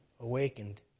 Awakened